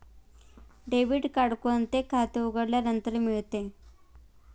Debit card कोणते खाते उघडल्यानंतर मिळते?